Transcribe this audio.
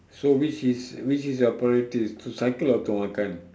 so which is which is the priorities to cycle or to makan